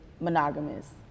monogamous